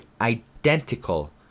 identical